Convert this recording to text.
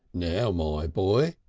now, my boy,